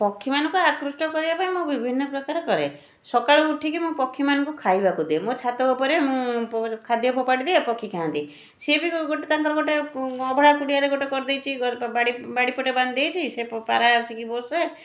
ପକ୍ଷୀମାନଙ୍କୁ ଆକୃଷ୍ଟ କରିବାପାଇଁ ମୁଁ ବିଭିନ୍ନପ୍ରକାର କରେ ସଖାଳୁ ଉଠିକି ମୁଁ ପକ୍ଷୀମାନଙ୍କୁ ଖାଇବାକୁ ଦିଏ ମୁଁ ମୋ ଛାତ ଉପରେ ଖାଦ୍ୟ ଫୋପାଡ଼ି ଦିଏ ପକ୍ଷୀ ଖାଆନ୍ତି ସିଏ ବି ତାଙ୍କର ଗୋଟେ ଅଭଡ଼ା କୋଡ଼ୁଆରେ ଗୋଟେ କରଦେଇଛି ବାଡ଼ି ବାଡ଼ିପଟେ ସେ ପାରା ଆସିକି ବସେ